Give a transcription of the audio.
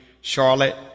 Charlotte